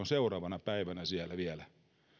seuraavana päivänä siellä vielä